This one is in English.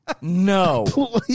No